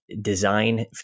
design